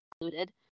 included